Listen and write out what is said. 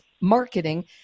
marketing